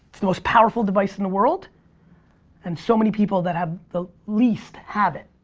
it's the most powerful device in the world and so many people that have the least have it.